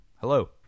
hello